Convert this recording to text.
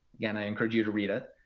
again, i encourage you to read it.